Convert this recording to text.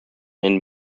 and